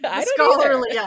scholarly